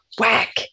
whack